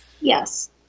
yes